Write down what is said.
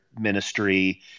ministry